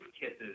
kisses